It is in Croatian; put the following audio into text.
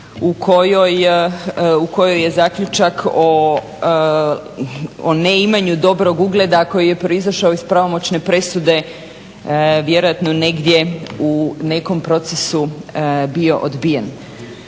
u kojoj je zaključak o neimanju dobrog ugleda koji je proizašao iz pravomoćne presude vjerojatno negdje u nekom procesu bio odbijen.